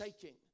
shaking